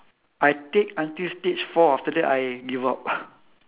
I take until stage four after that I give up